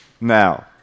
Now